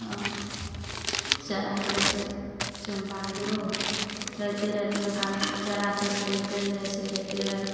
हँ चरा करय छै चमबहादुरो राइते रातिमे खाली चरा करि कए निकलि जाइ छै राइते राति